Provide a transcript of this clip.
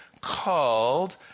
called